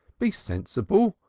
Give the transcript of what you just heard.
be sensible.